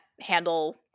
handle